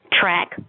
track